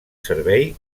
servei